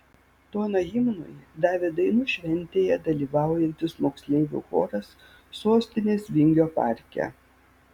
toną himnui davė dainų šventėje dalyvaujantis moksleivių choras sostinės vingio parke